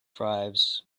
tribes